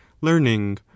learning